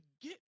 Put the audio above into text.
get